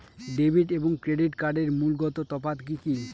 Debit এবং credit কার্ডের মূলগত তফাত কি কী?